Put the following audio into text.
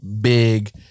big